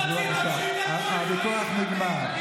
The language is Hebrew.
הוויכוח נגמר.